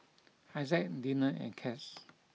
Isaac Deana and Cass